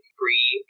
free